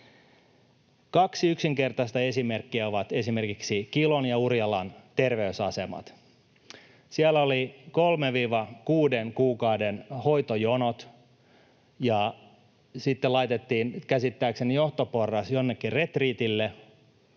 Kaksi yksinkertaista esimerkkiä ovat esimerkiksi Kilon ja Urjalan terveysasemat. Siellä oli 3—6 kuukauden hoitojonot, ja sitten laitettiin käsittääkseni johtoporras jonnekin retriitille